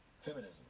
feminism